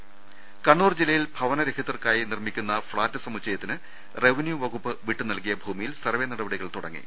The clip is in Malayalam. രദ്ദേഷ്ടങ കണ്ണൂർ ജില്ലയിൽ ഭവനരഹിതർക്കായി നിർമ്മിക്കുന്ന ഫ്ളാറ്റ് സമുച്ചയ ത്തിന് റവന്യൂ വകുപ്പ് വിട്ടുനൽകിയ ഭൂമിയിൽ സർവേ നടപടികൾ തുട ങ്ങി